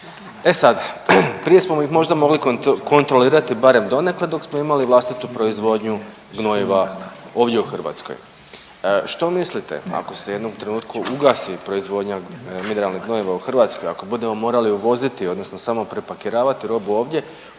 E sad, prije smo možda mogli kontrolirati barem donekle dok smo imali vlastitu proizvodnju gnojiva ovdje u Hrvatskoj. Što mislite ako se u jednom trenutku ugasi proizvodnja mineralnih gnojiva u Hrvatskoj i ako budemo morali uvoziti odnosno samo prepakiravati robu ovdje,